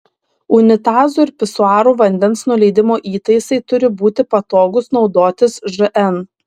unitazų ir pisuarų vandens nuleidimo įtaisai turi būti patogūs naudotis žn